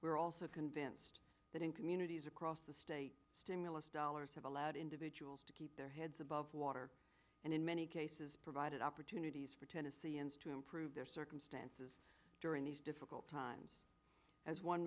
we're also convinced that in communities across the state stimulus dollars have allowed individuals to keep their heads above water and in many cases provided opportunities for tennesseans to improve their circumstances during these difficult times as one